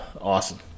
awesome